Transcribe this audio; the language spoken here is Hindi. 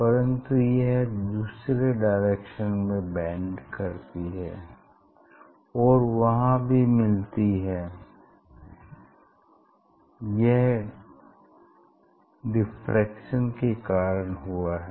परन्तु यह दूसरे डायरेक्शन में बेंड करती है और वहाँ भी मिलती है यह डिफ्रैक्शन के कारण हुआ है